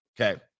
Okay